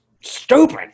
stupid